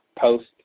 post